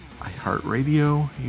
iHeartRadio